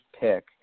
pick